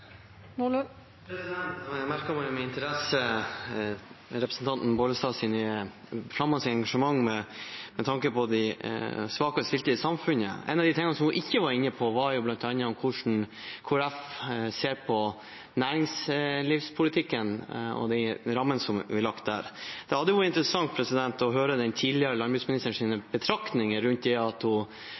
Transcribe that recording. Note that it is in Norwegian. Jeg merket meg med interesse representanten Vervik Bollestads flammende engasjement med tanke på de svakere stilte i samfunnet. Noe av det hun ikke var inne på, var bl.a. hvordan Kristelig Folkeparti ser på næringslivspolitikken og de rammene som er lagt der. Det hadde vært interessant å høre den tidligere landbruksministerens betraktninger rundt